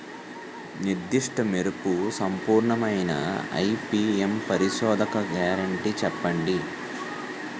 నిర్దిష్ట మెరుపు సంపూర్ణమైన ఐ.పీ.ఎం పరిశోధన గ్యారంటీ చెప్పండి?